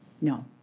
No